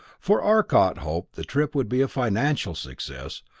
for arcot hoped the trip would be a financial success,